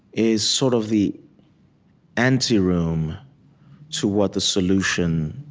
is sort of the anteroom to what the solution,